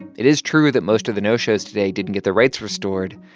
it is true that most of the no-shows today didn't get their rights restored.